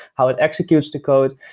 how it executes the code.